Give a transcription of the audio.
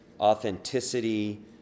authenticity